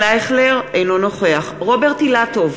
אינו נוכח רוברט אילטוב,